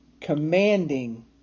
commanding